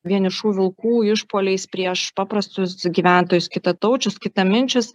vienišų vilkų išpuoliais prieš paprastus gyventojus kitataučius kitaminčius